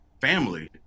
family